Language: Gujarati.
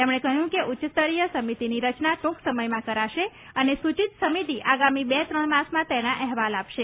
તેમણે કહ્યું કે ઉચ્ય સ્તરીય સમિતીની રચના ટ્રંક સમયમાં કરાશે અને સૂચિત સમિતિ આગામી બે ત્રણ માસમાં તેના અહેવાલ આપશે